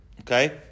Okay